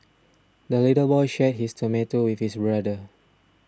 the little boy shared his tomato with his brother